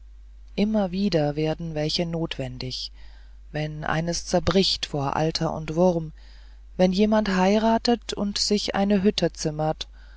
immer wieder werden welche notwendig wenn eines zerbricht vor alter und wurm wenn jemand heiratet und sich eine hütte zimmert